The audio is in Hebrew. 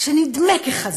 שנדמה כחזק.